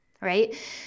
right